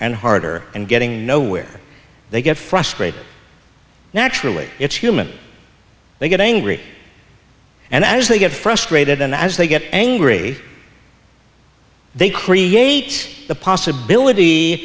and harder and getting nowhere they get frustrated naturally it's human they get angry and as they get frustrated and as they get angry they creates the possibility